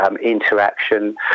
Interaction